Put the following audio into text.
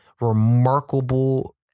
remarkable